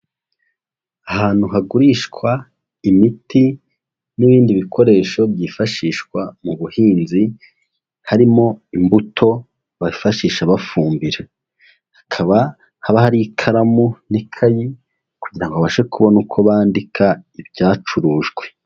Ahantu hagurishwa imiti n'ibindi bikoresho byifashishwa mu buhinzi, harimo imbuto bifashisha bafumbira, hakaba haba hari ikaramu n'ikayi kugira ngo babashe kubona uko bandika ibyacurujwe.